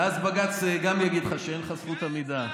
ואז בג"ץ גם יגיד לך שאין לך זכות עמידה.